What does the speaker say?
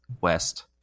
west